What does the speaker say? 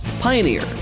Pioneer